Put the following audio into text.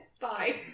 Bye